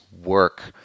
work